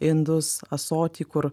indus ąsotį kur